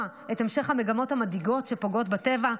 את המשך המגמות המדאיגות שפוגעות בטבע,